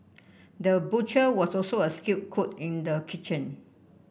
the butcher was also a skilled cook in the kitchen